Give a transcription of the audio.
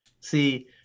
See